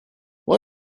when